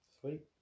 Sweet